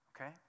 okay